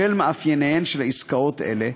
בשל מאפייניהן של עסקאות אלה,